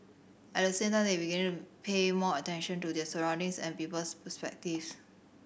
at the same time they begin pay more attention to their surroundings and people's perspectives